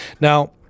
Now